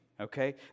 okay